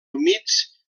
humits